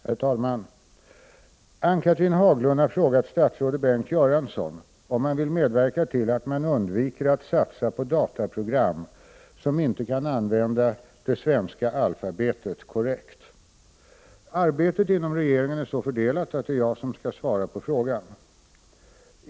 Herr talman! Ann-Cathrine Haglund har frågat statsrådet Bengt Göransson om han vill medverka till att man undviker att satsa på dataprogram som inte kan använda det svenska alfabetet korrekt. Arbetet inom regeringen är så fördelat att det är jag som skall svara på frågan.